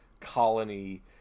colony